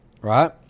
right